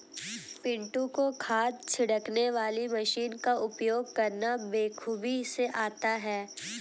पिंटू को खाद छिड़कने वाली मशीन का उपयोग करना बेखूबी से आता है